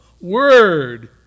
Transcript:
word